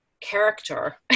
character